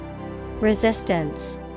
Resistance